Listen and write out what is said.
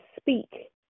speak